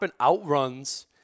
outruns